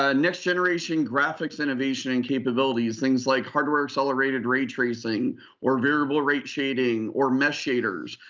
ah next-generation graphics innovation and capabilities. things like hardware-accelerated ray-tracing or variable rate shading or mesh shaders.